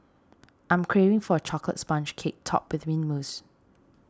I am craving for a Chocolate Sponge Cake Topped with Mint Mousse